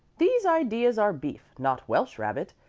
these ideas are beef not welsh-rabbit.